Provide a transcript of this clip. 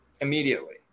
immediately